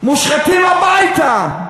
מושחתים הביתה.